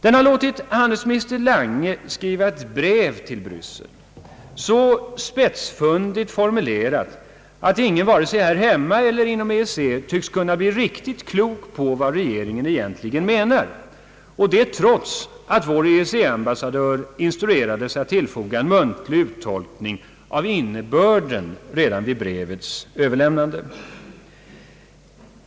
Den har låtit handelsminister Lange skriva ett brev till Bryssel, så spetsfundigt formulerat att ingen vare sig här hemma eller inom EEC tycks kunna bli riktigt klok på vad regeringen egentligen menar, och detta trots att vår EEC-ambassadör, Sten Lind, instruerades att tillfoga en muntlig uttolkning av innebörden redan vid brevets överlämnande.